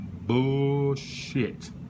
bullshit